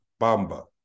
Bamba